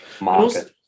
market